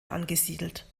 angesiedelt